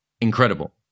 Incredible